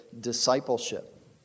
discipleship